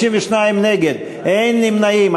52 נגד, אין נמנעים.